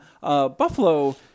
Buffalo –